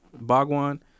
Bhagwan